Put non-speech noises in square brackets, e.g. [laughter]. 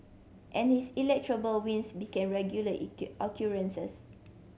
and his [unintelligible] wins became regular [unintelligible] occurrences